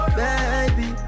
baby